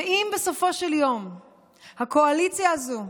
אם בסופו של יום הקואליציה הזו,